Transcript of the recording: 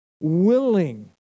willing